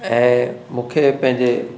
ऐं मूंखे पंहिंजे